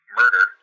murder